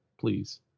please